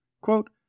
Quote